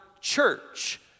church